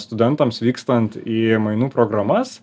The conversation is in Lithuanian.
studentams vykstant į mainų programas